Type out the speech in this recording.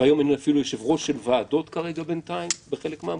והיום אין אפילו יושבי-ראש בוועדות בינתיים בחלק מהמקומות.